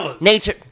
Nature